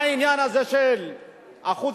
מה העניין הזה של אחוז